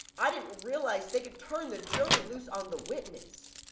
i didn't realize they could turn the jury loose on the witness.